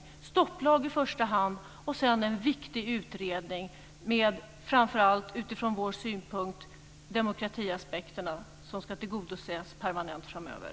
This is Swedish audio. Vi vill ha en stopplag i första hand och sedan en viktig utredning där man tar upp framför allt, utifrån vår synpunkt, demokratiaspekterna som ska tillgodoses permanent framöver.